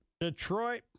Detroit